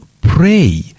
pray